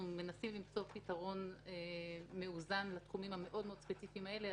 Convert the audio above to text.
מנסים למצוא פתרון מאוזן לתחומים המאוד מאוד ספציפיים האלה.